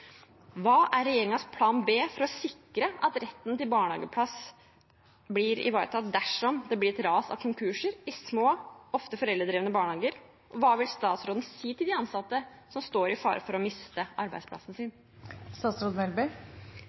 Hva er regjeringens plan b for å sikre at retten til barnehageplass blir ivaretatt dersom det blir et ras av konkurser i små, ofte foreldredrevne barnehager? Og hva vil statsråden si til de ansatte som står i fare for å miste arbeidsplassen sin?